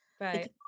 right